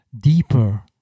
deeper